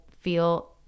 feel